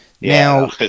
Now